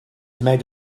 made